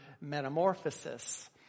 metamorphosis